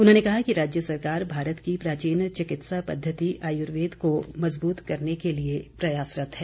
उन्होंने कहा कि राज्य सरकार भारत की प्राचीन चिकित्सा पद्धति आयुर्वेद को मज़बूत करने के लिए प्रयासरत है